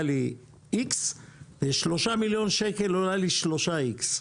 לי איקס ושלושה מיליון שקל עולה לי שלושה איקס.